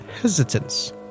Hesitance